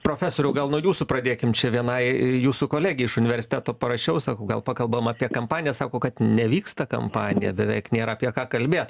profesoriau gal nuo jūsų pradėkim čia vienai jūsų kolegei iš universiteto parašiau sakau gal pakalbam apie kampaniją sako kad nevyksta kampanija beveik nėr apie ką kalbėt